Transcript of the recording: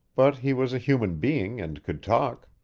but he was a human being and could talk.